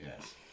yes